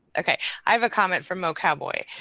okay. i have a comment from mocowboy.